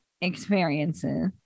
experiences